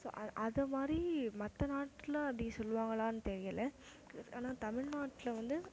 so அ அதை மாதிரி மற்ற நாட்டில் அப்படி சொல்லுவாங்களானு தெரியலை ஆனால் தமிழ்நாட்டில் வந்து